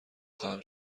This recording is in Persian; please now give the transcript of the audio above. خواهم